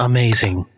Amazing